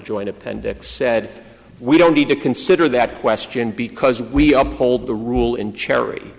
joint appendix said we don't need to consider that question because we uphold the rule in cherry